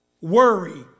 Worry